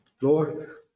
Lord